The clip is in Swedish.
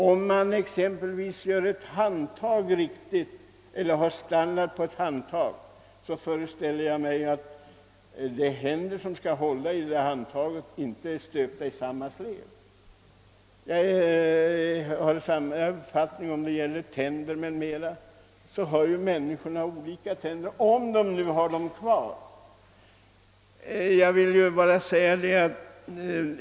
Har man en standard för exempelvis ett handtag, så är ju inte alla de händer som skall hålla i detta handtag stöpta i samma form. Jag har samma uppfattning i fråga om tänderna, eftersom dessa är olika hos olika människor — om de nu har dem kvar.